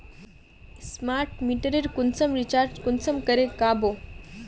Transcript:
Smart मीटरेर कुंसम recharge कुंसम करे का बो?